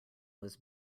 was